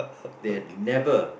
they had never